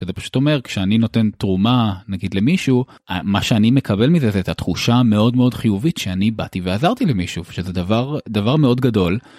זה פשוט אומר שאני נותן תרומה נגיד למישהו מה שאני מקבל מזה את התחושה מאוד מאוד חיובית שאני באתי ועזרתי למישהו שזה דבר דבר מאוד גדול.